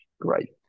great